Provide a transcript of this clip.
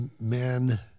men